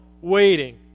waiting